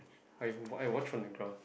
like I wash from the drown